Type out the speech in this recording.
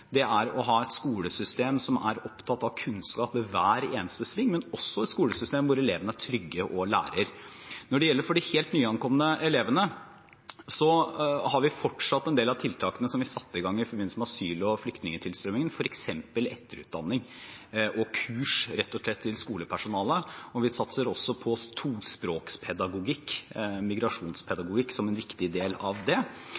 Det er å ha et skolesystem som er opptatt av kunnskap ved hver eneste sving, men også et skolesystem hvor elevene er trygge og lærer. Når det gjelder de helt nyankomne elevene, har vi fortsatt en del av tiltakene som vi satte i gang i forbindelse med asyl- og flyktningtilstrømningen, f.eks. etterutdanning og kurs til skolepersonalet, rett og slett. Vi satser også på tospråkspedagogikk og migrasjonspedagogikk, som en viktig del av det.